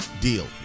deal